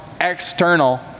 external